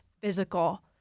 physical